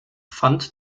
fand